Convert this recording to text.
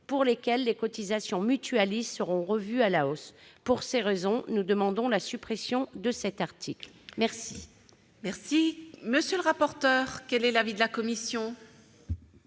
pour lesquels les cotisations mutualistes seront revues à la hausse. Pour ces raisons, nous demandons la suppression de cet article. Quel est l'avis de la commission ?